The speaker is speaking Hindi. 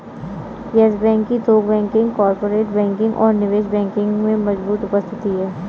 यस बैंक की थोक बैंकिंग, कॉर्पोरेट बैंकिंग और निवेश बैंकिंग में मजबूत उपस्थिति है